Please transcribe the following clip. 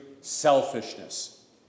Selfishness